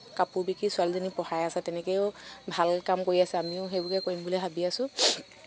কাপোৰ বিকি ছোৱালীজনী পঢ়াই আছে তেনেকৈও ভাল কাম কৰি আছে আমিও সেইবোৰে কৰিম বুলি ভাবি আছো